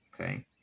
okay